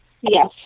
Yes